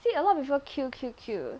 see a lot people queue queue queue